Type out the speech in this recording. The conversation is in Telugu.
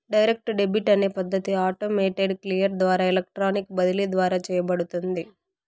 డైరెక్ట్ డెబిట్ అనే పద్ధతి ఆటోమేటెడ్ క్లియర్ ద్వారా ఎలక్ట్రానిక్ బదిలీ ద్వారా చేయబడుతుంది